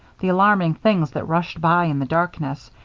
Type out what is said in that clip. the alarming things that rushed by in the darkness,